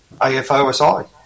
AFOSI